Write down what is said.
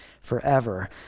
forever